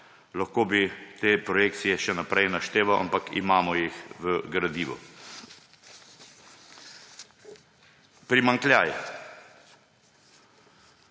Lahko bi te projekcije še naprej našteval, ampak imamo jih v gradivu. Primanjkljaj.